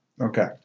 Okay